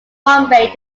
bombay